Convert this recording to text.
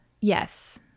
Yes